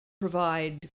provide